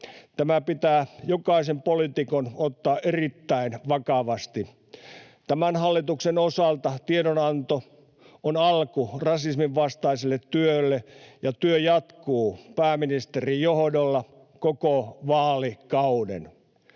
Tämä pitää jokaisen poliitikon ottaa erittäin vakavasti. Tämän hallituksen osalta tiedonanto on alku rasismin vastaiselle työlle, ja työ jatkuu pääministerin johdolla koko vaalikauden.